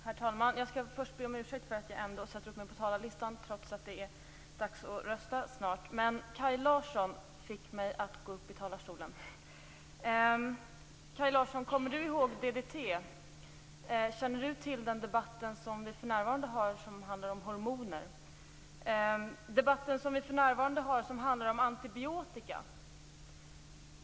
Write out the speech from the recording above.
Herr talman! Jag skall först be om ursäkt för att jag sätter upp mig på talarlistan trots att det snart är dags att rösta. Det var Kaj Larsson som fick mig att gå upp i talarstolen. Kommer Kaj Larsson ihåg DDT? Känner Kaj Larsson till den debatt som förs om hormoner och den debatt som vi för närvarande för om antibiotika?